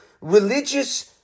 religious